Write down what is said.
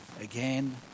again